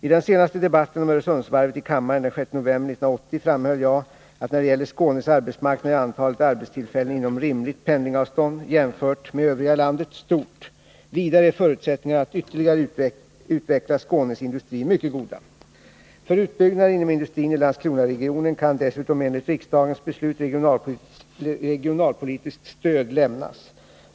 I den senaste debatten om Öresundsvarvet i kammaren den 6 november 1980 framhöll jag att när det gäller Skånes arbetsmarknad är antalet arbetstillfällen inom rimligt pendlingsavstånd — jämfört med övriga landet — stort. Vidare är förutsättningarna att ytterligare utveckla Skånes industri mycket goda. För utbyggnader inom industrin i Landskronaregionen kan dessutom enligt riksdagens beslut regionalpolitiskt stöd lämnas.